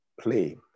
play